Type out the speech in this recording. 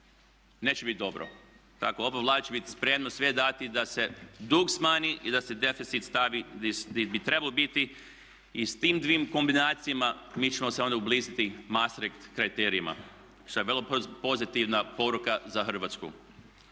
neće biti dobro. Tako ova Vlada će biti spremna sve dati da se dug smanji i da se deficit stavi di bi trebao biti. I s tim dvim kombinacijama mi ćemo se onda ubližiti mastricht kriterijima što je vrlo pozitivna poruka za Hrvatsku.